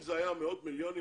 בשונה מכך,